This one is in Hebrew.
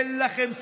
אין לכם סדר,